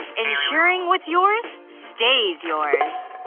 ensuring what's yours stays yours.